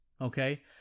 okay